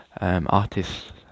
artists